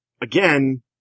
again